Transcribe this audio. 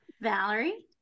Valerie